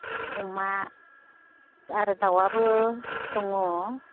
अमा आरो दाउआबो दङ